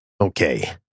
Okay